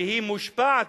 והיא מושפעת,